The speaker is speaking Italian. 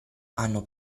hanno